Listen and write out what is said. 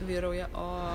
vyrauja o